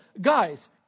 guys